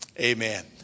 Amen